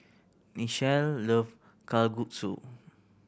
Nichelle love Kalguksu